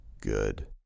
Good